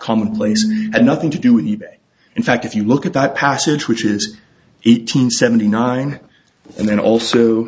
commonplace and nothing to do even in fact if you look at that passage which is eight hundred seventy nine and then also